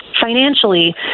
Financially